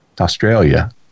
Australia